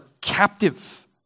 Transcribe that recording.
captive